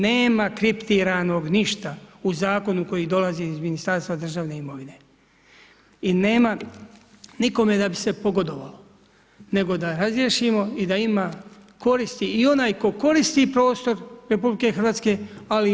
Nema kriptiranog ništa u zakonu koji dolazi iz Ministarstva državne imovine i nema nikome da bi se pogodovalo nego da razjasnimo i da ima koristi i onaj tko koristi prostor RH ali i RH.